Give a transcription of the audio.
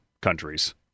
countries